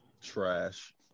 trash